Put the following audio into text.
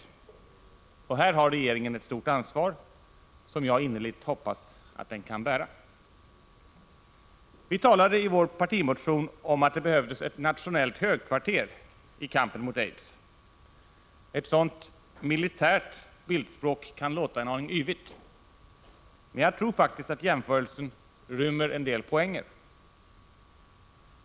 På denna punkt har regeringen ett stort ansvar, som jag innerligt hoppas att den kan bära. Vi talade i vår partimotion om behovet av ett nationellt högkvarter i kampen mot aids. Ett sådant militärt bildspråk kan låta en aning yvigt, men jag tror faktiskt att jämförelsen rymmer en del poänger.